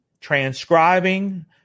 transcribing